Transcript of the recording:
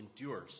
endures